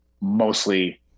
mostly